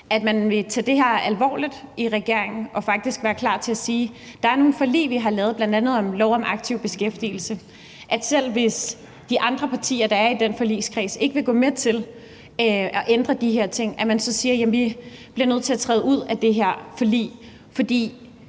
at man vil tage det her alvorligt i regeringen og faktisk vil være klar til at sige, at der er nogle forlig, vi har lavet, bl.a. om lov om aktiv beskæftigelse, og at selv hvis de andre partier, der er i den forligskreds, ikke vil gå med til at ændre de her ting, bliver man nødt til at træde ud af det her forlig, for